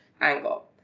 angle